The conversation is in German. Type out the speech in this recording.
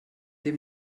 den